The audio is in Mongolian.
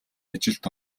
ажилд